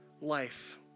life